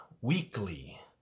weekly